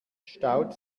staut